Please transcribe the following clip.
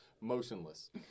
motionless